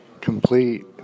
complete